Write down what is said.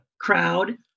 crowd